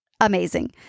amazing